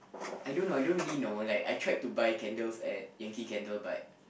I don't know I don't really know like I tried to buy candles at Yankee-Candle but